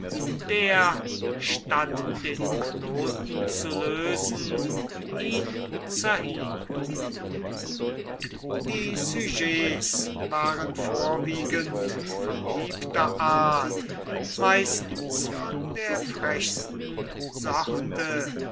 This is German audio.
der statt den knoten zu lösen ihn zerhieb die sujets waren vorwiegend verliebter art meistens von der frechsten sorte